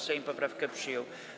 Sejm poprawkę przyjął.